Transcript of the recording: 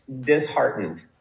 disheartened